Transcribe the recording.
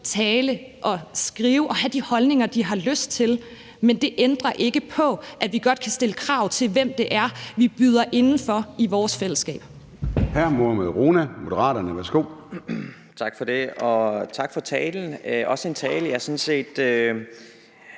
tale og skrive frit og have de holdninger, de har lyst til. Men det ændrer ikke på, at vi godt kan stille krav til, hvem det er, vi byder indenfor i vores fællesskab.